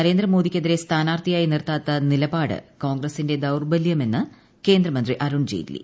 നരേന്ദ്രമോദിക്കെതിരെ സ്ഥാന്ദ്യാർത്ഥിയായി നിർത്താത്ത നിലപാട് കോൺഗ്രസിന്റെ ദൌർബല്യമെന്നു് കേന്ദ്രമന്ത്രി അരുൺ ജയ്റ്റ്ലി